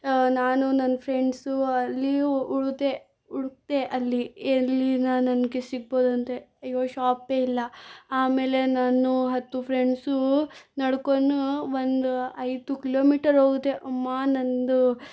ನಾನು ನನ್ನ ಫ್ರೆಂಡ್ಸು ಅಲ್ಲಿ ಹುಡುದೆ ಹುಡುಕಿದೆ ಅಲ್ಲಿ ಎಲ್ಲಿ ನಾನು ನನಗೆ ಸಿಗ್ಬೋದಂದು ಅಯ್ಯೋ ಶಾಪೇ ಇಲ್ಲ ಆಮೇಲೆ ನಾನು ಹತ್ತು ಫ್ರೆಂಡ್ಸು ನಡ್ಕೊಂಡು ಒಂದು ಐದು ಕಿಲೋಮೀಟರ್ ಹೋದೆ ಅಮ್ಮ ನನ್ನದು